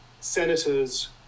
senators